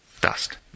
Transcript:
Dust